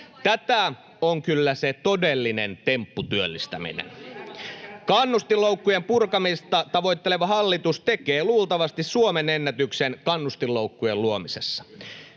Näyttäkää teidän työllisyysvaikutukset!] Kannustinloukkujen purkamista tavoitteleva hallitus tekee luultavasti Suomen ennätyksen kannustinloukkujen luomisessa.